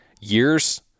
years